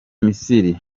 misiri